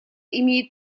имеет